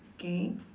okay